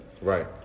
Right